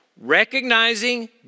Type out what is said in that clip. Recognizing